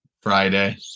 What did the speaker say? Friday